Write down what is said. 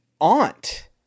aunt